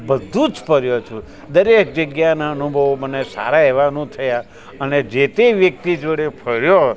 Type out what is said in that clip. બધું જ ફર્યો છું દરેક જગ્યાના અનુભવો મને સારા એવા અનુભવ થયા અને જે તે વ્યક્તિ જોડે ફર્યો